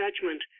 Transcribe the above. Judgment